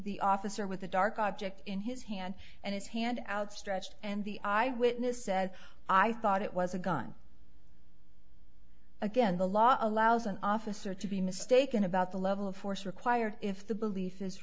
the officer with a dark object in his hand and his hand outstretched and the eye witness said i thought it was a gun again the law allows an officer to be mistaken about the level of force required if the belief is